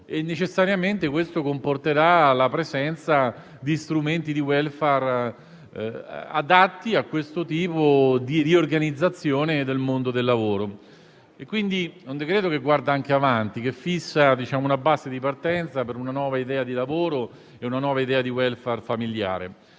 e necessariamente ciò comporterà la presenza di strumenti di *welfare* adatti a tale tipo di riorganizzazione del mondo del lavoro. Si tratta quindi di un decreto che guarda anche avanti, che fissa una base di partenza per una nuova idea di lavoro e una nuova idea di *welfare* familiare.